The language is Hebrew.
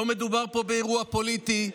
לא מדובר פה באירוע פוליטי,